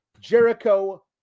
Jericho